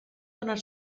donar